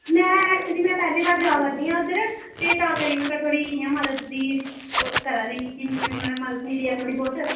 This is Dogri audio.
में आक्खानी की में पैह्ले बारी जा करनी उद्धर ते तां करियै में थोह्ड़ी मदद दी ओह् करा दी ही की मदद मिली जा थोह्ड़ी बहुत